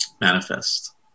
manifest